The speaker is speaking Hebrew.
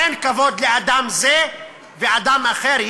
אין כבוד לאדם זה ואדם אחר,